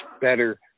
better